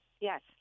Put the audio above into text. Yes